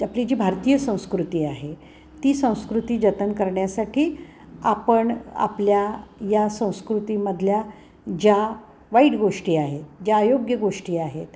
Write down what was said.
आपली जी भारतीय संस्कृती आहे ती संस्कृती जतन करण्यासाठी आपण आपल्या या संस्कृतीमधल्या ज्या वाईट गोष्टी आहेत ज्या अयोग्य गोष्टी आहेत